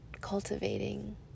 cultivating